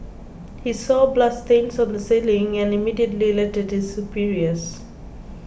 he saw bloodstains on the ceiling and immediately alerted his superiors